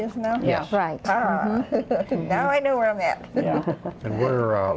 is now yeah right now i know where i'm at and where